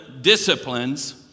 disciplines